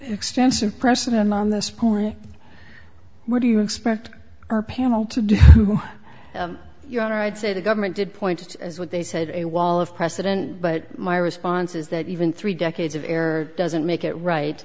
extensive precedent on this point what do you expect our panel to do your honor i'd say the government did point to as what they said a wall of precedent but my response is that even three decades of error doesn't make it right